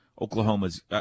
Oklahoma's